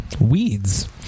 weeds